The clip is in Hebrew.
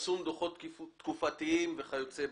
פרסום דוחות תקופתיים וכיוצא בזה.